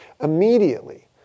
Immediately